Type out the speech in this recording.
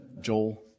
Joel